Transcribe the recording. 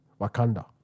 Wakanda